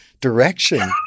direction